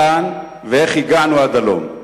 לאן הגענו ואיך הגענו עד הלום?